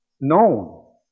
known